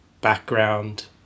background